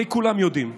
הרי כולם יודעים.